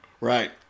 Right